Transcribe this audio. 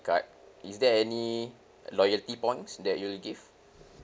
card is there any loyalty points that you'll give